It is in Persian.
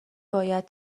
باید